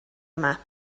yma